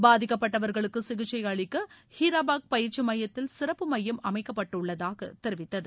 பாதிக்கப்பட்டவர்களுக்கு சிகிச்சை அளிக்க ஹிராபாக் பயிற்சி மையத்தில் சிறப்பு மையம் அமைக்கப்பட்டுள்ளதாக தெரிவித்தது